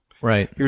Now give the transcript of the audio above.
Right